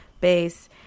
bass